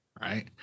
right